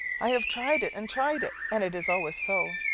i have tried it and tried it, and it is always so.